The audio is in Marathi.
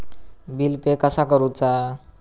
बिल पे कसा करुचा?